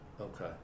Okay